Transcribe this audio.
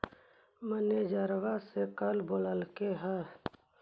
मैनेजरवा कल बोलैलके है?